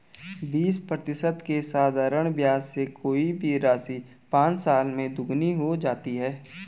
बीस प्रतिशत के साधारण ब्याज से कोई भी राशि पाँच साल में दोगुनी हो जाती है